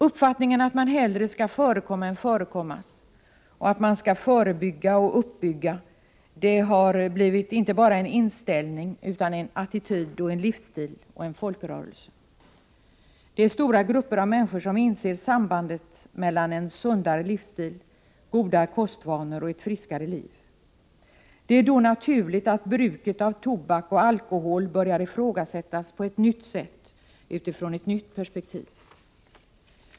Uppfattningen att man hellre skall förekomma än förekommas och att man skall förebygga och uppbygga har blivit inte bara en inställning utan en attityd, en livsstil och en folkrörelse. Stora grupper av människor inser sambandet mellan en sundare livsstil, goda kostvanor och ett friskare liv. Det är naturligt att bruket av tobak och alkohol börjar ifrågasättas på ett nytt sätt, utifrån ett nytt perspektiv.